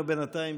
היושב-ראש,